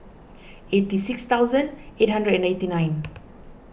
eighty six thousand eight hundred and eighty nine